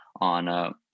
on